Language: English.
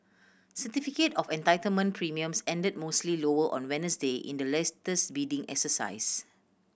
certificate of Entitlement premiums ended mostly lower on Wednesday in the latest bidding exercise